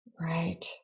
Right